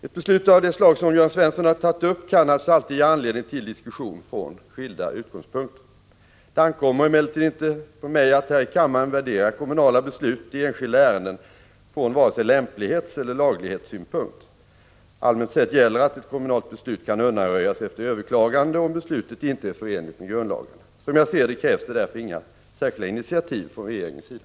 Ett beslut av det slag som det Jörn Svensson har tagit upp kan naturligtvis alltid ge anledning till diskussion från skilda utgångspunkter. Det ankommer emellertid inte på mig att här i kammaren värdera kommunala beslut i enskilda ärenden från vare sig lämplighetseller laglighetssynpunkt. Allmänt sett gäller att ett kommunalt beslut kan undanröjas efter överklagande, om beslutet inte är förenligt med grundlagarna. Som jag ser det krävs det därför inga särskilda initiativ från regeringens sida.